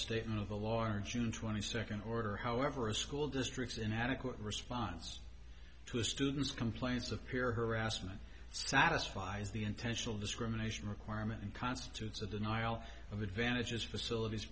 statement of the law are june twenty second order however a school district's inadequate response to a student's complaints of peer harassment satisfies the intentional discrimination requirement and constitutes a denial of advantages facilities